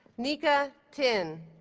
nika tin,